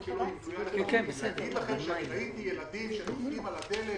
להגיד לכם שראיתי ילדים דופקים על הדלת,